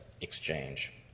exchange